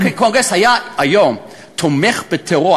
אם חבר קונגרס היום היה תומך בטרור,